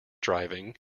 driving